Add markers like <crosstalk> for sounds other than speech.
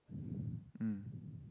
<breath> mm